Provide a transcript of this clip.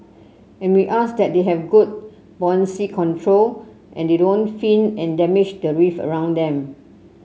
and we ask that they have good buoyancy control and they don't fin and damage the reef around them